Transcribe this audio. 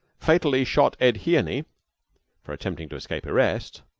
fatally shot ed hearney for attempting to escape arrest,